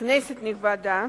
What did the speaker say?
כנסת נכבדה,